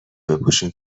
بپوشون